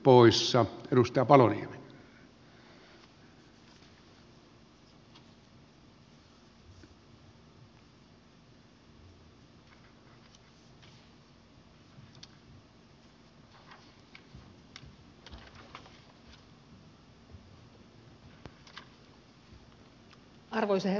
arvoisa herra puhemies